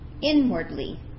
inwardly